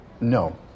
No